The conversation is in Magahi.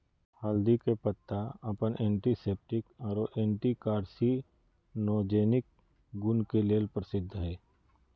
हल्दी के पत्ता अपन एंटीसेप्टिक आरो एंटी कार्सिनोजेनिक गुण के लेल प्रसिद्ध हई